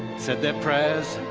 said their prayers